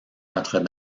notre